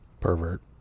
pervert